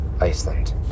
Iceland